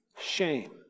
shame